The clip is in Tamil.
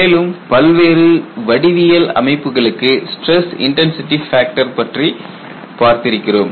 மேலும் பல்வேறு வடிவியல் அமைப்புகளுக்கு ஸ்டிரஸ் இன்டன்சிடி ஃபேக்டர் பற்றி பார்த்திருக்கிறோம்